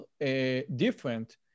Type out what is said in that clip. different